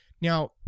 Now